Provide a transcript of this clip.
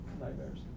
nightmares